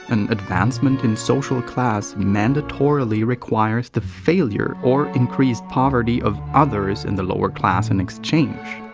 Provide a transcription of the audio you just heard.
an advancement in social class mandatorily requires the failure or increased poverty of others in the lower class in exchange.